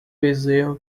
bezerro